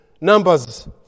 Numbers